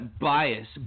bias